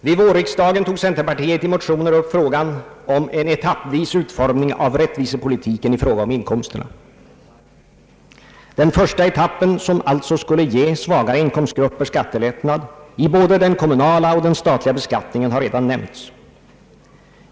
Vid vårriksdagen tog centerpartiet i motioner upp frågan om en utformning etappvis av rättvisepolitiken i fråga om inkomsterna. Den första etappen, som alltså skulle ge svaga inkomstgrupper lättnader i både den kommunala och den statliga beskattningen, har redan nämnts.